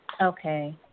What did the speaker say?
Okay